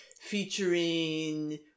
featuring